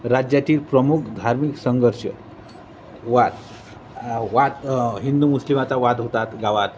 राज्यातील प्रमुख धार्मिक संघर्ष वाद वाद हिंदू मुस्लिमाचा वाद होतात गावात